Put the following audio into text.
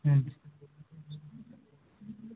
ಹ್ಞೂ